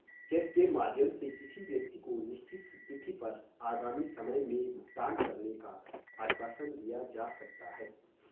check के माध्यम से किसी व्यक्ति को निश्चित तिथि पर आगामी समय में भुगतान करने का आश्वासन दिया जा सकता है